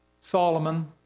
Solomon